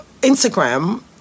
Instagram